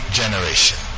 generation